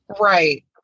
Right